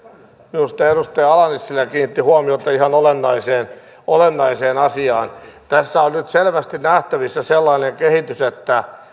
minusta edustaja ala nissilä kiinnitti huomiota ihan olennaiseen olennaiseen asiaan tässä on nyt selvästi nähtävissä sellainen kehitys että